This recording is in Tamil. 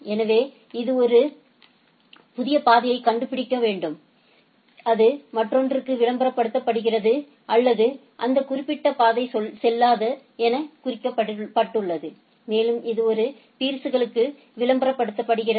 எனவே இது ஒரு புதிய பாதையைக் கண்டுபிடிக்க வேண்டும் அது மற்றொன்றுக்கு விளம்பரப்படுத்தப்படுகிறது அல்லது அந்த குறிப்பிட்ட பாதை செல்லாது எனக் குறிக்கப்பட்டுள்ளது மேலும் இது மற்ற பீர்ஸ்களுக்கு விளம்பரப்படுத்தப்படுகிறது